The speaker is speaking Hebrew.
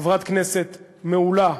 חברת כנסת מעולה,